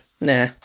nah